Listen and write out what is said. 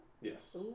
Yes